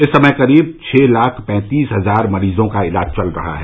इस समय करीब छह लाख पैंतीस हजार मरीजों का इलाज चल रहा है